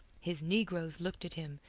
his negroes looked at him,